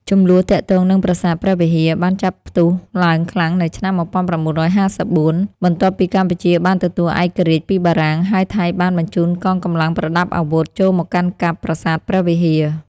ជម្លោះទាក់ទងនឹងប្រាសាទព្រះវិហារបានចាប់ផ្ទុះឡើងខ្លាំង នៅឆ្នាំ១៩៥៤ បន្ទាប់ពីកម្ពុជាបានទទួលឯករាជ្យពីបារាំង ហើយថៃបានបញ្ជូនកងកម្លាំងប្រដាប់អាវុធ ចូលមកកាន់កាប់ប្រាសាទព្រះវិហារ។